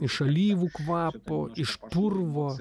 iš alyvų kvapo iš purvo